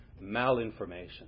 malinformation